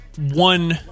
one